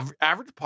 average